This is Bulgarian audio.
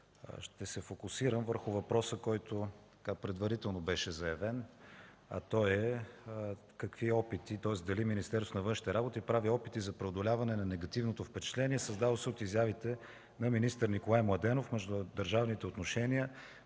ще се фокусирам върху въпроса, който предварително беше заявен, а той е: дали Министерство на външните работи прави опити за преодоляване на негативното впечатление, създало се от изявите на министър Николай Младенов в междудържавните отношения